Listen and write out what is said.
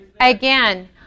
Again